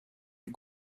ils